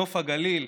נוף הגליל,